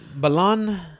Balan